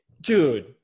Dude